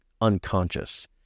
unconscious